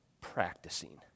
practicing